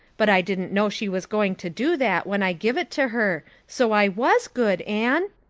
but i didn't know she was going to do that when i give it to her, so i was good, anne.